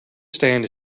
stand